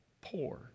poor